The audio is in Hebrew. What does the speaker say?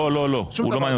לא לא לא הוא לא מעניין אותי.